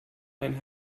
einen